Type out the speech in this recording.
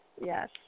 Yes